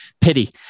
Pity